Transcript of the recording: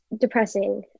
depressing